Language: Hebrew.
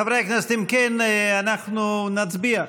חברי הכנסת, אם כן, אנחנו נצביע.